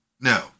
No